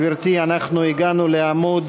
גברתי, הגענו לעמוד